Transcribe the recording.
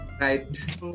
right